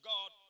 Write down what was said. God